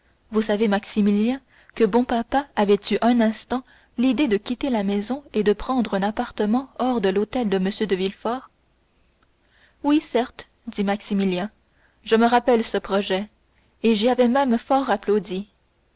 vous savez maximilien que bon papa avait eu un instant l'idée de quitter la maison et de prendre un appartement hors de l'hôtel de m de villefort oui certes dit maximilien je me rappelle ce projet et j'y avais même fort applaudi